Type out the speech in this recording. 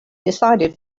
decided